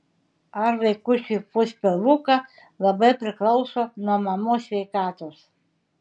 ar vaikučiui pūs pilvuką labai priklauso nuo mamos sveikatos